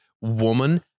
woman